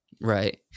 Right